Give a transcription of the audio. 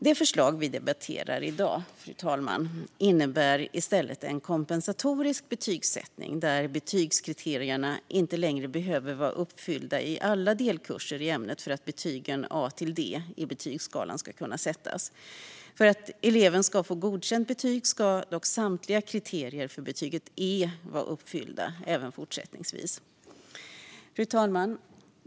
Det förslag vi debatterar i dag, fru talman, innebär i stället en kompensatorisk betygssättning där betygskriterierna inte längre behöver vara uppfyllda i alla delkurser i ämnet för att betygen A-D i betygsskalan ska kunna sättas. För att eleven ska få godkänt betyg ska dock samtliga kriterier för betyget E vara uppfyllda även fortsättningsvis. Fru talman!